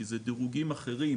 כי אלו דרוגים אחרים,